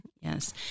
Yes